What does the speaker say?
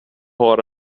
har